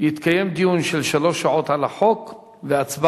יתקיים דיון של שלוש שעות על החוק והצבעה,